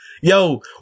Yo